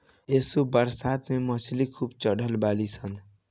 असो बरसात में मछरी खूब चढ़ल बाड़ी सन